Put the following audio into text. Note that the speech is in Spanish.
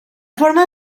forma